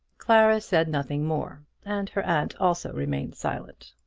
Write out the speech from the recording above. clara said nothing more, and her aunt also remained silent.